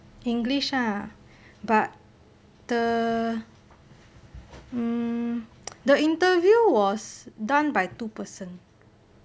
english lah but the mm the interview was done by two person